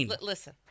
Listen